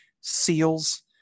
seals